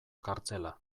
kartzela